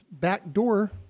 backdoor